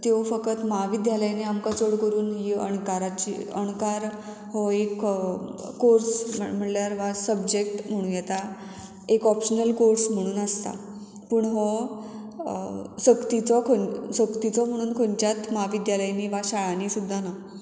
त्यो फकत महाविद्यालयांनी आमकां चड करून ही अणकाराची अणकार हो एक कोर्स म्हणल्यार वा सबजेक्ट म्हणूं येता एक ऑप्शनल कोर्स म्हणून आसता पूण हो सक्तीचो खक्तीचो म्हणून खंयच्याच म्हाविद्यालयांनी वा शाळांनी सुद्दां ना